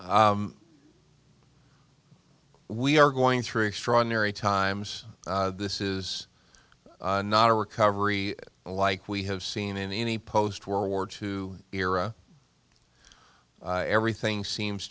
you we are going through extraordinary times this is not a recovery like we have seen in any post world war two era everything seems